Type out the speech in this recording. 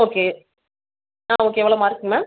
okay ah okay எவ்வளோ mark ma'am